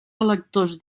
electors